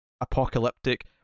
apocalyptic